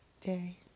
day